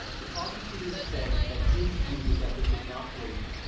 the prosecutor said that his view was that this was not brady,